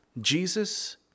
Jesus